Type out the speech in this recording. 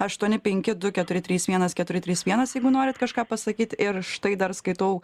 aštuoni penki du keturi trys vienas keturi trys vienas jeigu norit kažką pasakyt ir štai dar skaitau